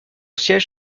siège